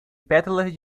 pétalas